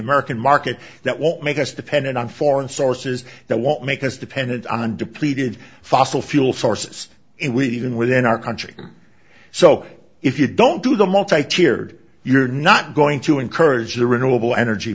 american market that won't make us dependent on foreign sources that won't make us dependent on depleted fossil fuel sources and we even within our country so if you don't do the multi tiered you're not going to encourage the renewable energy